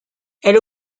elle